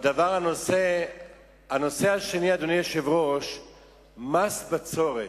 הנושא השני, אדוני היושב-ראש, הוא מס בצורת.